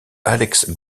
alex